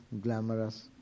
glamorous